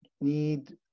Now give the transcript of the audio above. Need